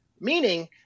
meaning